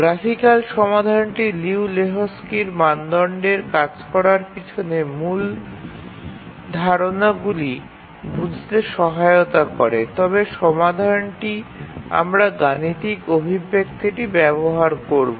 graphical সমাধানটি লিউ লেহোকস্কির মানদণ্ডের কাজ করার পিছনে মূল ধারণাগুলি বুঝতে সহায়তা করে তবে সমাধানটি আমরা গাণিতিক অভিব্যক্তিটি ব্যবহার করব